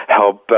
help